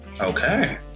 Okay